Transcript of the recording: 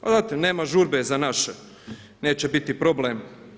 Znate, nema žurbe za naše, neće biti problem.